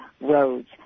roads